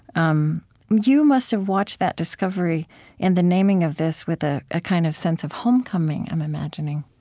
um you must have watched that discovery and the naming of this with a ah kind of sense of homecoming, i'm imagining